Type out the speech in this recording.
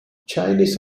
chinese